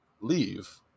leave